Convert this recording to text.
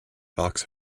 fox